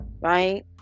right